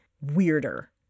weirder